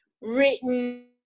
written